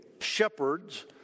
shepherds